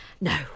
No